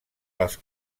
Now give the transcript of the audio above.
les